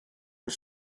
was